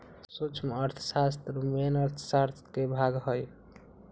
सूक्ष्म अर्थशास्त्र मेन अर्थशास्त्र के भाग हई